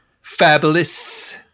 Fabulous